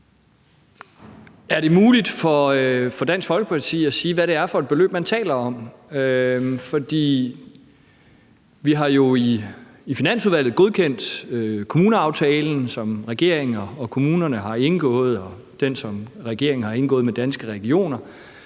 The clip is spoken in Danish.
Er det muligt for Dansk Folkeparti at sige, hvad det er for et beløb, man taler om? Vi har jo i Finansudvalget godkendt kommuneaftalen, som regeringen og kommunerne har indgået, og den aftale, som regeringen har indgået med Danske Regioner,